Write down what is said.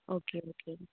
okay okay